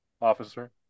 officer